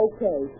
Okay